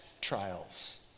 trials